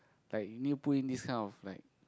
like you need to put in this kind of like